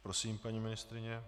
Prosím, paní ministryně.